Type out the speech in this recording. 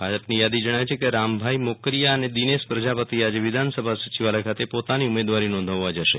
ભાજપની યાદી જણાવે છે કે રામભાઈ મોકરીયા અને દિને પ્રજાપતિ આજે વિધાનસભા સચિવાલય ખાતે પોતાની ઉમેદવારી નોંધાવવા જશે